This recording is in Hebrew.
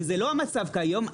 שזה לא המצב כיום.